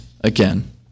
again